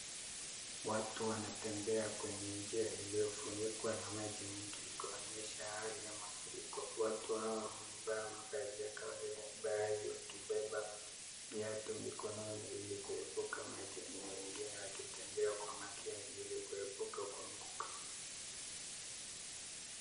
Watu wanatembea kwenye njia iliyofunikwa na maji mengi, kuonyesha hali ya mafuriko. Watu hao wamevaa mavazi ya kazini, baadhi yao wakibeba viatu mikononi ili kuepuka maji na wengine wakitembea kwa makini ili kuepuka kuanguka.